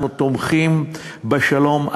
אנחנו תומכים בשלום.